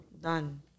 Done